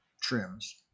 trims